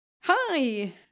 Hi